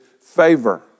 favor